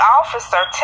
officer